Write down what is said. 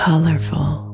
Colorful